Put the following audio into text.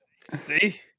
See